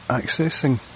accessing